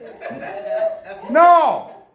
No